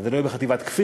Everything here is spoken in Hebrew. זה לא יהיה בחטיבת כפיר,